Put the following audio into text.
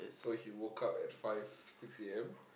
so he woke up at five six A_M